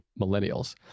millennials